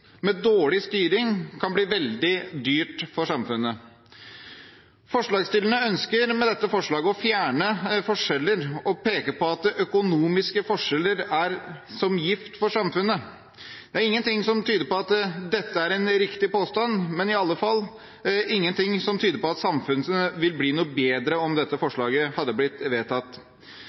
med dårlig styring kan bli veldig dyrt for samfunnet. Forslagsstillerne ønsker med dette forslaget å fjerne forskjeller og peker på at økonomiske forskjeller er som gift for samfunnet. Det er ingenting som tyder på at dette er en riktig påstand. Det er i alle fall ingenting som tyder på at samfunnet vil bli noe bedre om dette forslaget hadde blitt vedtatt.